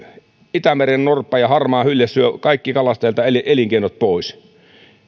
itämerennorppa ja harmaahylje syövät kaikilta kalastajilta elinkeinot pois